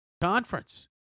conference